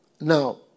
Now